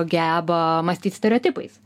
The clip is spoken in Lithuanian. geba mąstyt stereotipais